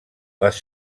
les